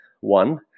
one